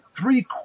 three